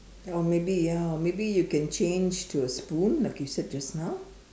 or maybe ya or maybe you can change to a spoon like you said just now